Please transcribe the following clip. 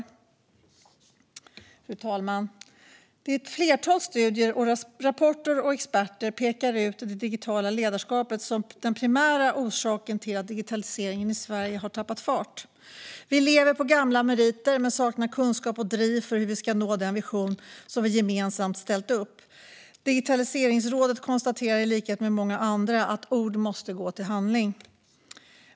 Fru talman! Ett flertal studier, rapporter och experter pekar ut det digitala ledarskapet som den primära orsaken till att digitaliseringen i Sverige har tappat fart. Vi lever på gamla meriter och saknar kunskap och driv för att nå den vision som vi gemensamt ställt upp. Digitaliseringsrådet konstaterar i likhet med många andra att vi måste gå från ord till handling.